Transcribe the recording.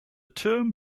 term